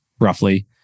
roughly